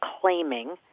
claiming